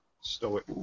Stoic